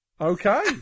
Okay